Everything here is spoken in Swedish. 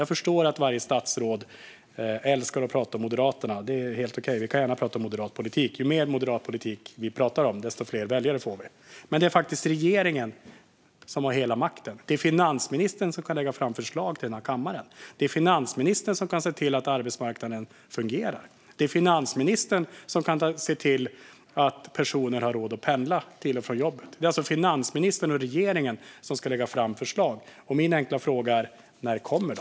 Jag förstår att alla statsråd älskar att prata om Moderaterna. Det är helt okej - vi kan gärna prata om moderat politik. Ju mer moderat politik vi pratar om, desto fler väljare får Moderaterna. Men det är faktiskt regeringen som har hela makten. Det är finansministern som kan lägga fram förslag till den här kammaren. Det är finansministern som kan se till att arbetsmarknaden fungerar. Det är finansministern som kan se till att personer har råd att pendla till och från jobbet. Det är alltså finansministern och regeringen som ska lägga fram förslag. Min enkla fråga är: När kommer de?